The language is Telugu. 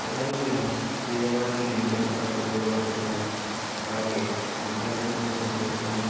పథకాలు ఇలా పేదవారికి ఎంతో చాలా ఉపయోగపడుతాయి అలాగే విద్యార్థుల కోసం చేస్తున్న